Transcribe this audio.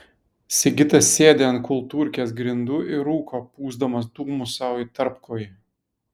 sigitas sėdi ant kultūrkės grindų ir rūko pūsdamas dūmus sau į tarpkojį